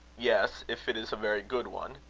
yes, if it is a very good one.